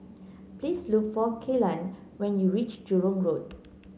please look for Kellan when you reach Jurong Road